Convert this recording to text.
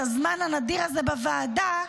את הזמן הנדיר הזה בוועדה,